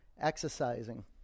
exercising